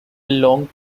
long